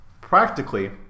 practically